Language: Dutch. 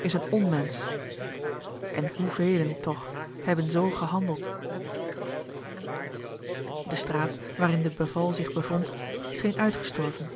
is een onmensch en hoevelen toch hebben zoo gehandeld de straat waarin de beval zich bevond scheen uitgestorven